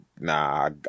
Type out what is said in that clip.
nah